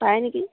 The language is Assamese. পায় নেকি